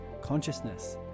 consciousness